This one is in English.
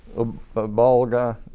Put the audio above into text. a bald guy,